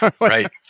Right